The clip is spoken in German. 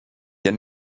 der